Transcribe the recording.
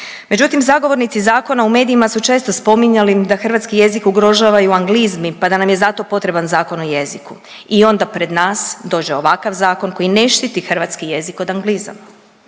Međutim, zagovornici zakona u medijima su često spominjali da hrvatski jezik ugrožava i u anglizmi pa da nam je zato potreban o jeziku onda pred nas dođe ovakav zakon koji ne štiti hrvatski jezik od anglizama.